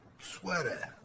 sweater